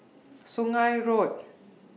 Sungei Road